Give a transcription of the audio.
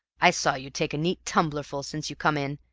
i saw you take a neat tumblerful since you come in,